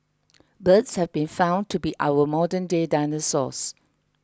birds have been found to be our modernday dinosaurs